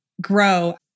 grow